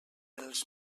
els